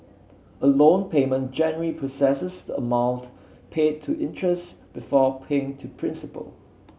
a loan payment generally processes the amount paid to interest before paying to principal